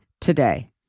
today